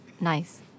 Nice